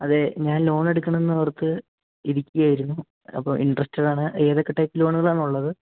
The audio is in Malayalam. അതേ ഞാൻ ലോൺ എടുക്കണം എന്ന് ഓർത്ത് ഇരിക്കുകയായിരുന്നു അപ്പോൾ ഇൻട്രസ്റ്റെടാണ് ഏതൊക്കെ ടൈപ്പ് ലോണുകളാണ് ഉള്ളത്